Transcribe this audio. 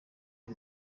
y’u